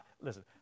listen